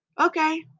okay